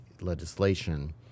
legislation